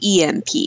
EMP